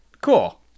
cool